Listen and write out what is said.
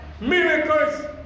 miracles